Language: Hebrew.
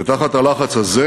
ותחת הלחץ הזה